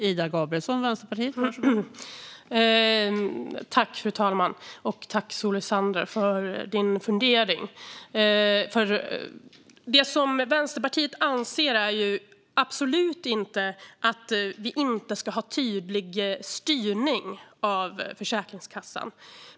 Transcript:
Fru talman! Tack, Solveig Zander, för din fundering! Vänsterpartiet anser absolut inte att vi inte ska ha en tydlig styrning av Försäkringskassan.